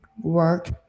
work